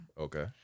okay